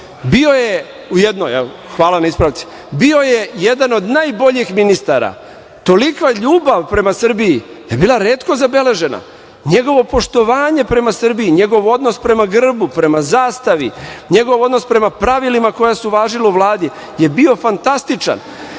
bio je jedan od najboljih ministara. Tolika ljubav prema Srbiji je bila retko zabeležena. Njegovo poštovanje prema Srbiji, njegov odnos prema grbu, prema zastavi, njegov odnos prema pravilima koja su važila u Vladi, je bio fantastičan. Prosto